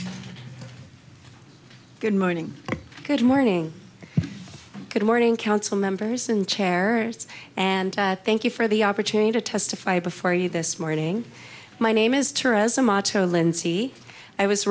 coleman good morning good morning good morning council members and chair and thank you for the opportunity to testify before you this morning my name is